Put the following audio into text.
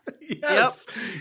Yes